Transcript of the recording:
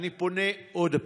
אני פונה עוד פעם,